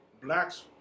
blacks